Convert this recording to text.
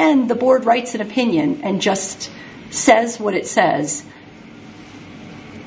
end the board writes that opinion and just says what it says